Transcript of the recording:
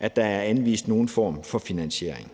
at der er anvist nogen form for finansiering.